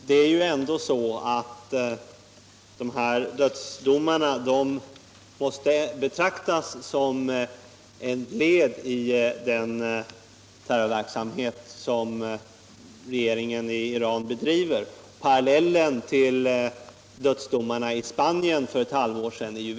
Herr talman! De här dödsdomarna måste ändå betraktas som ett led i den terrorverksamhet som regeringen i Iran bedriver. Det är uppenbart att det här fallet är en parallell till dödsdomarna i Spanien för ett halvår sedan.